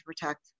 protect